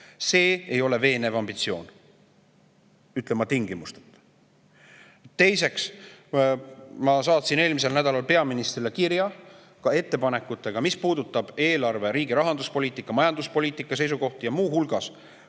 See ei ole veenev ambitsioon, ütlen ma tingimusteta. Teiseks, ma saatsin eelmisel nädalal peaministrile kirja ettepanekutega, mis puudutab eelarve, riigi rahanduspoliitika, majanduspoliitika seisukohti ja muu hulgas